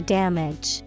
damage